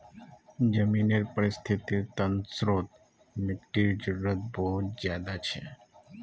ज़मीनेर परिस्थ्तिर तंत्रोत मिटटीर जरूरत बहुत ज़्यादा छे